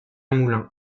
moulin